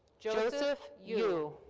joseph yu.